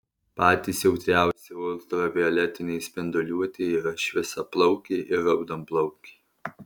patys jautriausi ultravioletinei spinduliuotei yra šviesiaplaukiai ir raudonplaukiai